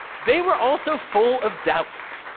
they were also full of doubts.